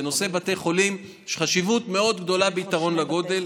בנושא בתי חולים יש חשיבות מאוד גדולה ביתרון לגודל,